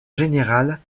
générale